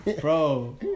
bro